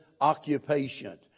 occupation